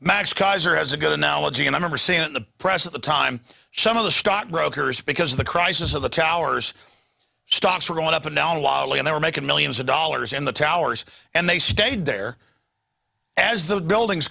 mags kaiser has a good analogy and a member seen in the press at the time some of the stock brokers because of the crisis of the towers stocks were going up and down and they were making millions of dollars in the towers and they stayed there as the buildings